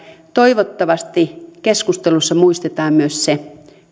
toivottavasti keskustelussa muistetaan myös se